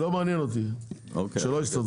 זה לא מעניין אותי, שלא יסתדרו.